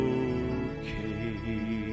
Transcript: okay